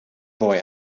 boy